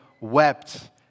wept